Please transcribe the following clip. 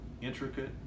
intricate